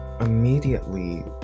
immediately